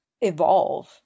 evolve